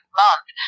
month